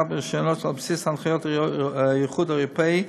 ברישיונות על בסיס הנחיות האיחוד האירופי,